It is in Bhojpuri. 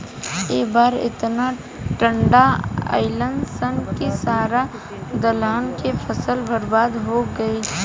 ए बार एतना टिड्डा अईलन सन की सारा दलहन के फसल बर्बाद हो गईल